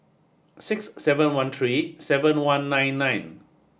six seven one three seven one and nine nine